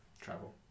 Travel